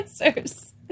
answers